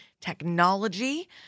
Technology